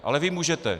Ale vy můžete.